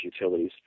utilities